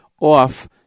off